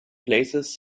places